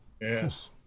Yes